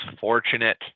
fortunate